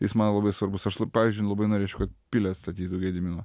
jis man labai svarbus aš lab pavyzdžiui labai norėčiau kad pilį atstatytų gedimino